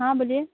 हाँ बोलिए